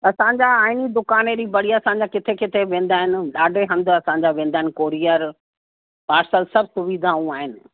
असांजा आहिनि दुकान अहिड़ी बढ़िया असांजा किथे किथे वेंदा आहिनि ॾाढे हंधु असांजा वेंदा आहिनि कुरियर पार्सल सभु सुविधाऊं आहिनि